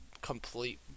complete